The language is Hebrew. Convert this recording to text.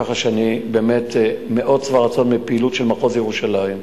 ככה שאני באמת מאוד שבע רצון מהפעילות של מחוז ירושלים.